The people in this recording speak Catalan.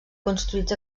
construïts